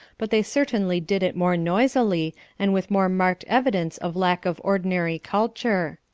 but they certainly did it more noisily and with more marked evidence of lack of ordinary culture.